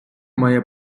має